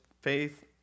Faith